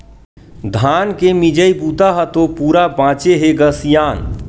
धान के मिजई बूता ह तो पूरा बाचे हे ग सियान